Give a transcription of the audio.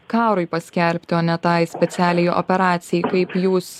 karui paskelbti o ne tai specialiajai operacijai kaip jūs